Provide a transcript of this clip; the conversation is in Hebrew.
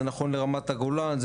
זה נכון לרמת הגולן,